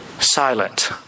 silent